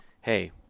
hey